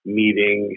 meeting